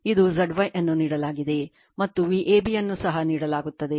ಇದು Z y ಅನ್ನು ನೀಡಲಾಗಿದೆ ಮತ್ತು Vab ಅನ್ನು ಸಹ ನೀಡಲಾಗುತ್ತದೆ